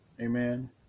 amen